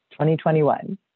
2021